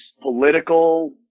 political